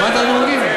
הבנת את הנימוקים?